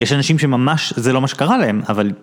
יש אנשים שממש זה לא מה שקרה להם, אבל...